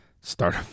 start